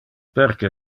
perque